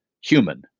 human